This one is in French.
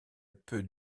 peut